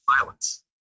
violence